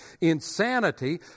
Insanity